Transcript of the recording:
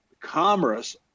commerce